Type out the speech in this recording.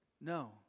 No